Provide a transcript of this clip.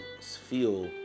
feel